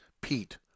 Pete